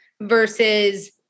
versus